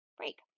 break